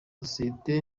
sosiyete